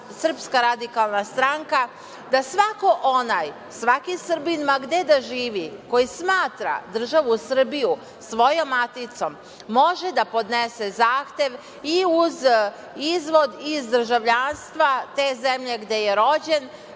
inicirala SRS, da svako onaj, svaki Srbin ma gde god da živi, koji smatra državu Srbiju svojom maticom može da podnese zahtev i uz Izvod iz državljanstva te zemlje gde je rođen,